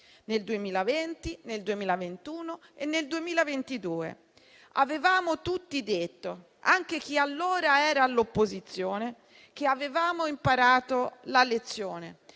nel 2020, nel 2021 e nel 2022. Avevamo tutti detto, anche chi allora era all'opposizione, che avevamo imparato la lezione,